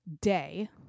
day